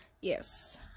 Yes